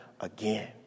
again